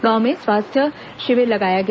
गांव में स्वास्थ्य शिविर लगाया गया